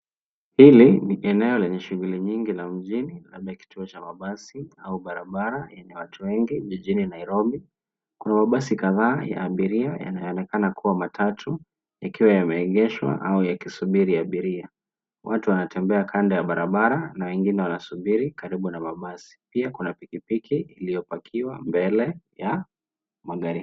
Hili ni eneo lenye shughuli nyingi la mjini labda kituo cha mabasi au barabara yenye watu wengi jijini Nairobi. Kuna mabasi kadhaa ya abiria yanayoonekana kuwa matatu ikiwa yameegeshwa au yakisubiri abiria. watu wanatembea kando ya barabara na wengine wanasubiri karibu na mabasi. Pia kuna pikipiki iliyopakiwa mbele ya magari.